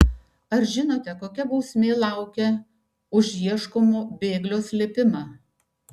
ar žinote kokia bausmė laukia už ieškomo bėglio slėpimą